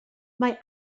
mae